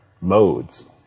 modes